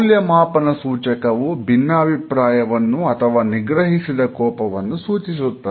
ಮೌಲ್ಯಮಾಪನ ಸೂಚಕವು ಭಿನ್ನಾಭಿಪ್ರಾಯವನ್ನು ಅಥವಾ ನಿಗ್ರಹಿಸಿದ ಕೋಪವನ್ನು ಸೂಚಿಸುತ್ತದೆ